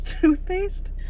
Toothpaste